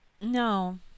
No